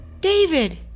David